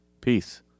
Peace